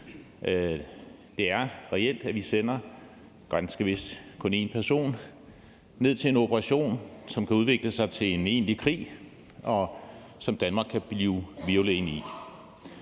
Det er reelt, at vi sender en person – ganske vist kun én – ned til en operation, som kan udvikle sig til en egentlig krig, som Danmark kan blive hvirvlet ind